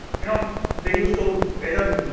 you know, they use to either